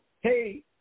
hey